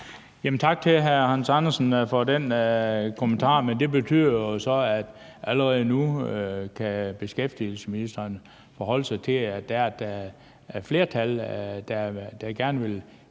Tak til hr. Hans Andersen for den kommentar, men det betyder jo så, at beskæftigelsesministeren allerede nu kan forholde sig til, at der er et flertal, der gerne vil give efterlønnere